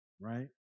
right